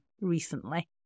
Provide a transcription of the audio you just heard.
recently